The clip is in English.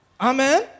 Amen